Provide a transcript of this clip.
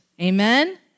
Amen